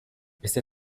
este